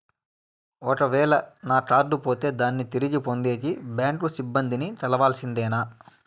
ఒక వేల నా కార్డు పోతే దాన్ని తిరిగి పొందేకి, బ్యాంకు సిబ్బంది ని కలవాల్సిందేనా?